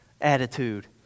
attitude